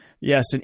Yes